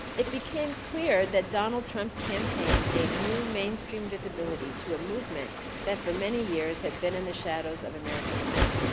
it became clear that donald trump's campaign gave new mainstream visibility to a movement that for many years had been in the shadows of american life.